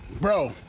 bro